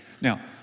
Now